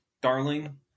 darling